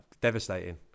devastating